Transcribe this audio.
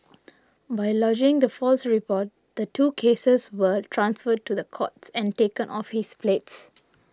by lodging the false reports the two cases were transferred to the courts and taken off his plates